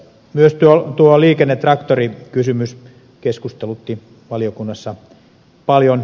myös liikennetraktorikysymys keskustelutti valiokunnassa paljon